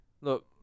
look